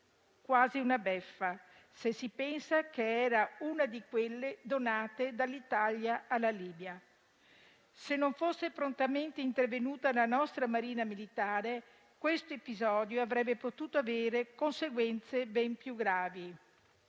quasi una beffa, se si pensa che era una di quelle donate dall'Italia alla Libia. Se non fosse prontamente intervenuta la nostra Marina militare, questo episodio avrebbe potuto avere conseguenze ben più gravi.